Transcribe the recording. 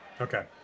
okay